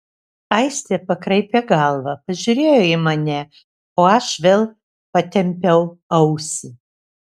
aistė pakraipė galvą pažiūrėjo į mane o aš vėl patempiau ausį